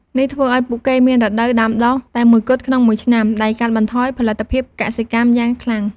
នេះធ្វើឱ្យពួកគេមានរដូវដាំដុះតែមួយគត់ក្នុងមួយឆ្នាំ ដែលកាត់បន្ថយផលិតភាពកសិកម្មយ៉ាងខ្លាំង។